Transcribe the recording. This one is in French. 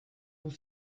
vous